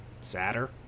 Sadder